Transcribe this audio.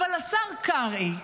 אבל השר קרעי,